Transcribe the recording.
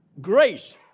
grace